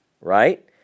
right